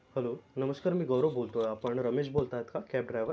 hello नमस्कार मी गौरव बोलतो आहे आपण रमेश बोलत आहात का कॅब ड्रायवर